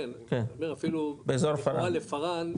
כן, באזור פארן.